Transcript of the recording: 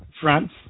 France